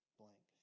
blank